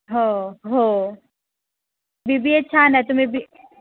हो हो B B A छान आहे तुम्ही बी